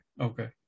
Okay